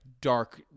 dark